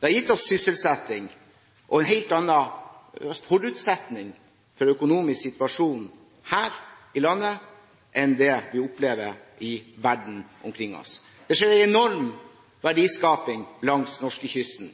det har gitt oss sysselsetting og en helt annen forutsetning for en økonomisk situasjon her i landet enn det vi opplever i verden omkring oss. Det skjer en enorm verdiskaping langs norskekysten.